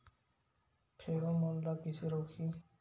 Pheromone ला कइसे रोकही?